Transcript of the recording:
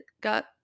got